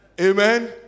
Amen